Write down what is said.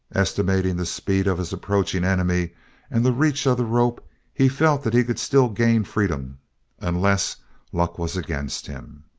estimating the speed of his approaching enemy and the reach of the rope he felt that he could still gain freedom unless luck was against him.